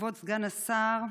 כבוד סגן השר,